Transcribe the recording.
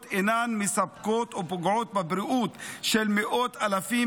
אינן מספקות ופוגעות בבריאות של מאות אלפים